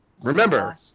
Remember